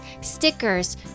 stickers